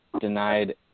denied